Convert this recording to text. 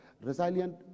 resilient